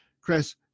Chris